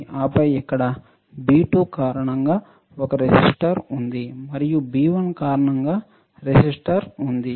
ఆపై ఇక్కడ B2 కారణంగా ఒక రెసిస్టర్ ఉంది మరియు B1 కారణంగా రెసిస్టర్ ఉంది